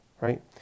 right